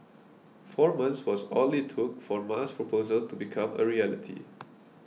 four months was all it took for Ma's proposal to become a reality